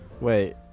Wait